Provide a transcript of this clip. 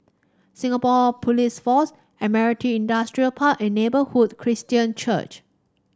Singapore Police Force Admiralty Industrial Park and Neighbourhood Christian Church